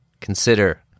consider